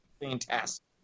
fantastic